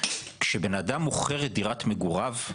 כשבן אדם מוכר את דירת מגוריו,